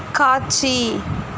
காட்சி